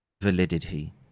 validity